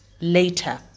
Later